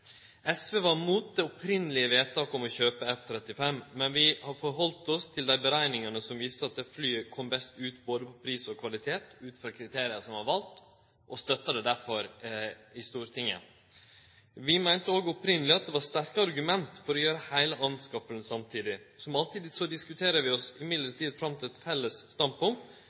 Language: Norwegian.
SV var mot det opphavlege vedtaket om å kjøpe F-35, men vi har halde oss til dei berekningane som viste at flyet kom best ut både på pris og kvalitet ut frå dei kriteria som var valde, og støttar det derfor i Stortinget. Vi meinte òg frå først av at det var sterke argument for å gjere heile innkjøpet samtidig. Som alltid diskuterer vi oss fram til eit felles standpunkt,